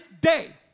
day